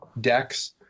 decks